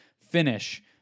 finish